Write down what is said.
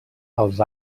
els